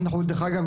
דרך אגב,